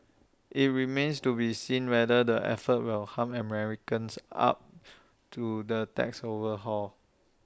IT remains to be seen whether the efforts will harm Americans up to the tax overhaul